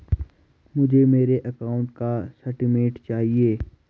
मुझे मेरे अकाउंट का स्टेटमेंट चाहिए?